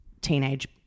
teenage